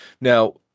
Now